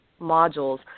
modules